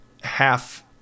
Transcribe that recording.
half